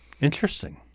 Interesting